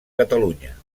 catalunya